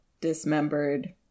dismembered